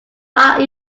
are